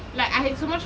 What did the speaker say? like I had so much